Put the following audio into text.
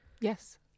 Yes